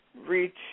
reach